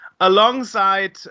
alongside